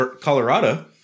Colorado